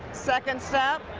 second step.